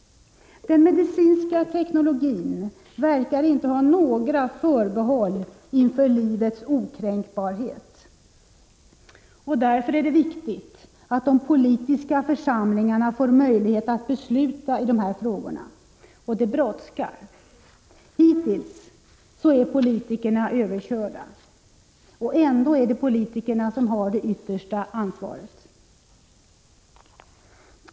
Den medicinska teknologin verkar inte ha några förbehåll inför livets okränkbarhet. Därför är det viktigt att de politiska församlingarna får möjlighet att besluta i dessa frågor. Och det brådskar. Hittills är politikerna överkörda. Och ändå är det politikerna som har det yttersta ansvaret.